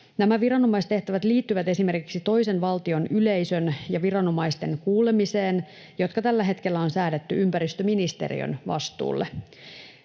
Nämä viranomaistehtävät liittyvät esimerkiksi toisen valtion yleisön ja viranomaisten kuulemiseen, ja ne on tällä hetkellä säädetty ympäristöministeriön vastuulle.